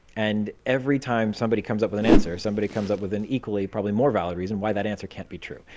and every time somebody comes up with an answer, somebody comes up with an equally probably more valid reason why that answer can't be true.